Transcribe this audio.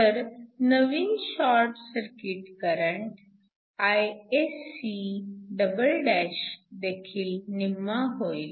तर नवीन short circuit current Isc देखील निम्मा होईल